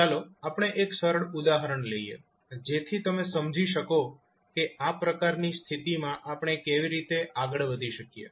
ચાલો આપણે એક સરળ ઉદાહરણ લઈએ જેથી તમે સમજી શકો કે આ પ્રકારની સ્થિતિમાં આપણે કેવી રીતે આગળ વધી શકીએ